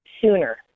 sooner